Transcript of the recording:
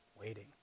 waiting